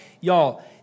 y'all